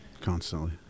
Constantly